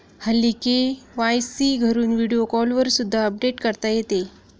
हल्ली के.वाय.सी घरून व्हिडिओ कॉलवर सुद्धा अपडेट करता येते